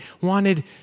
wanted